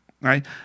right